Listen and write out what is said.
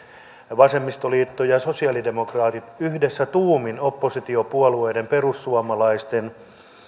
vasemmistoliitto ja sosialidemokraatit yhdessä tuumin oppositiopuolueiden perussuomalaisten